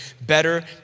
better